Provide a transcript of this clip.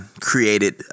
created